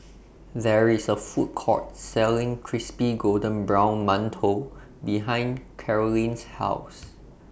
There IS A Food Court Selling Crispy Golden Brown mantou behind Karolyn's House